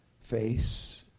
face